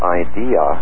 idea